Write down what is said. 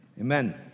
amen